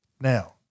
Now